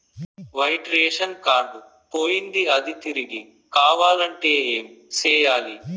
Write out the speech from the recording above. white ration card పోయింది అది తిరిగి కావాలంటే ఏం సేయాలి